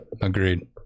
Agreed